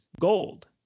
gold